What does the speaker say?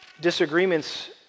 Disagreements